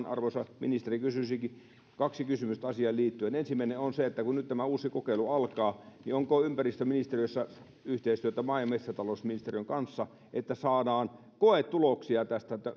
arvoisa ministeri kysyisinkin kaksi kysymystä asiaan liittyen ensimmäinen on se että kun tämä uusi kokeilu nyt alkaa niin onko ympäristöministeriössä yhteistyötä maa ja metsätalousministeriön kanssa niin että saadaan koetuloksia tästä